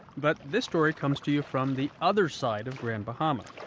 but this story comes to you from the other side of grand bahama.